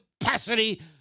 capacity